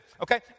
okay